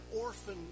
orphan